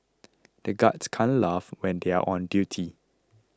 the guards can't laugh when they are on duty